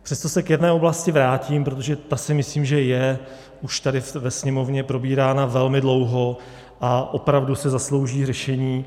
Přesto se k jedné oblasti vrátím, protože ta si myslím, že je už tady ve Sněmovně probírána velmi dlouho a opravdu si zaslouží řešení.